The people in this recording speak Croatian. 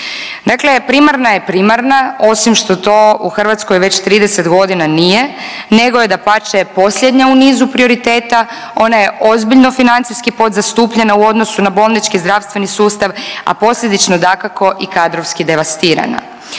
Dakle primarna je primarna, osim što to u Hrvatskoj već 30 godina nije nego je, dapače, posljednja u nizu prioriteta, ona je ozbiljno financijski podzastupljena u odnosu na bolnički zdravstveni sustav, a posljedično, dakako i kadrovski devastirana.